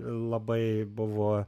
labai buvo